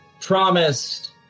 promised